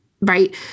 right